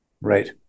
Right